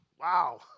Wow